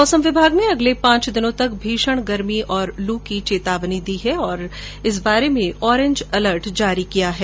मौसम विभाग ने अगले पांच दिनों तक भीषण गर्मी और लू की चेतावनी दी है और ऑरेंज अलर्ट जारी किया है